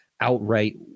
outright